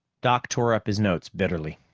doc tore up his notes bitterly.